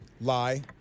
Lie